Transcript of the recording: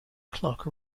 clock